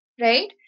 right